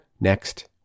next